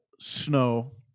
snow